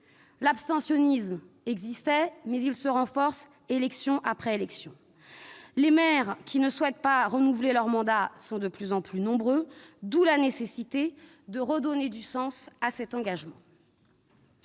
L'abstentionnisme existait, mais il se renforce élection après élection. Les maires qui ne souhaitent pas renouveler leur mandat sont de plus en plus nombreux, d'où la nécessité de redonner du sens à cet engagement.